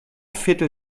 viertel